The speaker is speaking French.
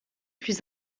plus